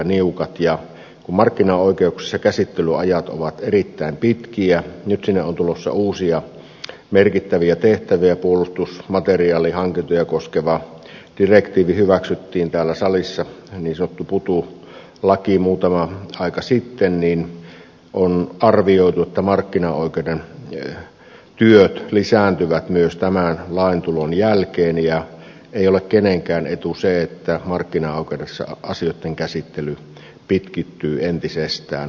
kun markkinaoikeuksissa käsittelyajat ovat erittäin pitkiä nyt sinne on tulossa uusia merkittäviä tehtäviä puolustusmateriaalihankintoja koskeva direktiivi hyväksyttiin täällä salissa niin sanottu putu laki muutama aika sitten on arvioitu että markkinaoikeuden työt lisääntyvät myös tämän lain tulon jälkeen ja ei ole kenenkään etu se että markkinaoikeudessa asioitten käsittely pitkittyy entisestään